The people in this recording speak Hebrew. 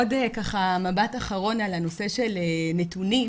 עוד מבט אחרון על הנושא של נתונים,